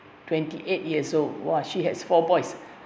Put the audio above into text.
twenty eight years old !whoa! she has four boys